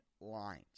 lines